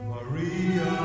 Maria